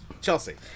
Chelsea